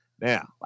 Now